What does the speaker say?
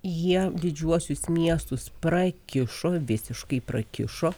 jie didžiuosius miestus prakišo visiškai prakišo